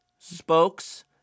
spokes